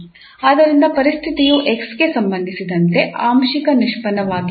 ಆದ್ದರಿಂದ ಪರಿಸ್ಥಿತಿಯು 𝑥 ಗೆ ಸಂಬಂಧಿಸಿದಂತೆ ಆಂಶಿಕ ನಿಷ್ಪನ್ನವಾಗಿರಬಹುದು